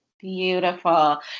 Beautiful